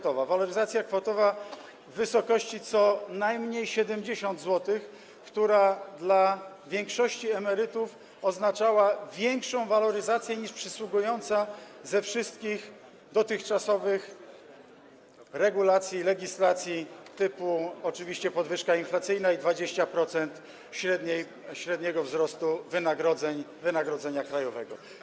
Chodzi o waloryzację kwotową w wysokości co najmniej 70 zł, która dla większości emerytów oznacza większą waloryzację niż przysługująca ze wszystkich dotychczasowych regulacji, legislacji, typu oczywiście podwyżka inflacyjna i 20% średniego wzrostu wynagrodzenia krajowego.